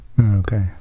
okay